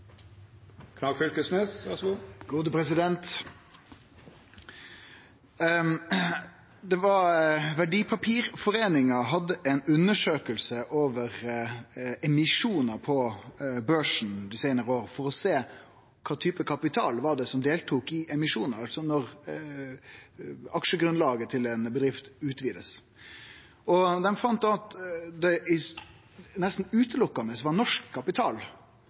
hadde ei undersøking om emisjonar på børsen dei seinare åra for å sjå kva type kapital det var som deltok i emisjonar, altså når aksjegrunnlaget til ei bedrift blir utvida. Dei fann at det nesten utelukkande var norsk kapital